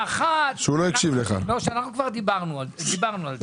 האחת שאנחנו כבר דיברנו על זה,